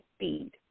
speed